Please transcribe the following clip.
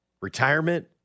retirement